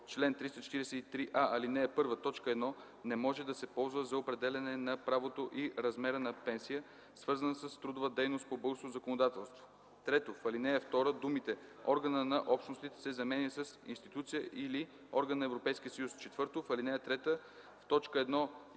чл. 343а, ал. 1, т. 1, не може да се ползва за определяне на правото и размера на пенсия, свързана с трудова дейност по българското законодателство.” 3. В ал. 2 думите „органа на Общностите” се заменят с „институция или орган на Европейския съюз”. 4. В ал. 3,